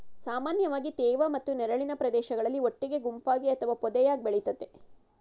ಸಾಮಾನ್ಯವಾಗಿ ತೇವ ಮತ್ತು ನೆರಳಿನ ಪ್ರದೇಶಗಳಲ್ಲಿ ಒಟ್ಟಿಗೆ ಗುಂಪಾಗಿ ಅಥವಾ ಪೊದೆಯಾಗ್ ಬೆಳಿತದೆ